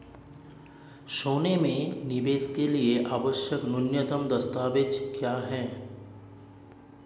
सोने में निवेश के लिए आवश्यक न्यूनतम दस्तावेज़ क्या हैं?